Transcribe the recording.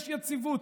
יש יציבות,